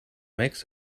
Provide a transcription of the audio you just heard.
makes